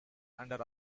under